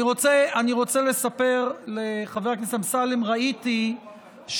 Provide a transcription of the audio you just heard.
אבל אני רוצה לספר לחבר הכנסת אמסלם: ראיתי שלמדת